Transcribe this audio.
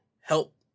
help